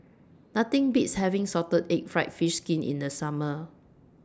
Nothing Beats having Salted Egg Fried Fish Skin in The Summer